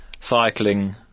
cycling